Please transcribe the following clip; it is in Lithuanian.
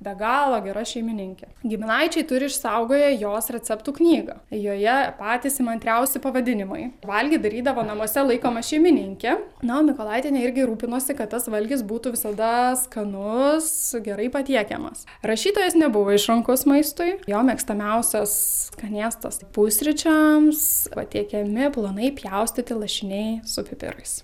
be galo gera šeimininkė giminaičiai turi išsaugoję jos receptų knygą joje patys įmantriausi pavadinimai valgyt darydavo namuose laikoma šeimininkė na o mikolaitienė irgi rūpinosi kad tas valgis būtų visada skanus gerai patiekiamas rašytojas nebuvo išrankus maistui jo mėgstamiausias skanėstas pusryčiams patiekiami plonai pjaustyti lašiniai su pipirais